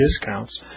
discounts